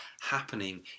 happening